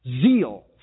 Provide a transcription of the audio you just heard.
zeal